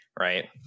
Right